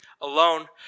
alone